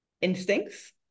instincts